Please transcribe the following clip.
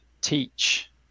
teach